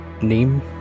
name